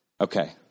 Okay